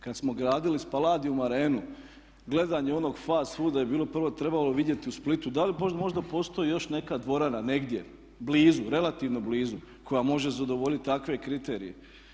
Kada smo gradili Spaladium Arenu, gledanje onog fast fooda je bilo, prvo je trebalo vidjeti u Splitu da li možda postoji još neka dvorana negdje, blizu, relativno blizu koja može zadovoljiti takve kriterije.